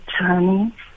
journey